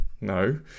no